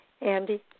Andy